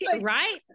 Right